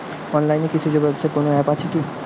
অনলাইনে কৃষিজ ব্যবসার কোন আ্যপ আছে কি?